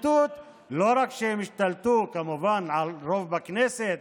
לא רק שהם השתלטו כמובן על הרוב בכנסת,